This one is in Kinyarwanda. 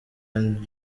and